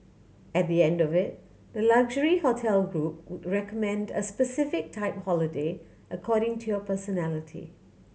at the end of it the luxury hotel group would recommend a specific type holiday according to your personality